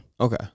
Okay